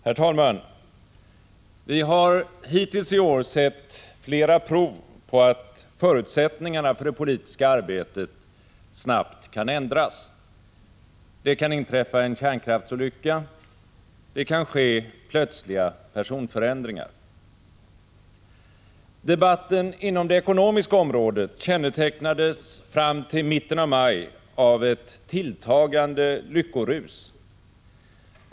Herr talman! Vi har hittills i år sett flera prov på att förutsättningarna för det politiska arbetet snabbt kan ändras. Det kan inträffa en kärnkraftsolycka. Det kan ske plötsliga personförändringar. Debatten inom det ekonomiska området kännetecknades fram till mitten av maj av ett tilltagande lyckorus.